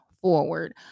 forward